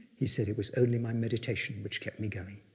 he said, it was only my meditation which kept me going.